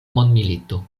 mondmilito